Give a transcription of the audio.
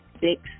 six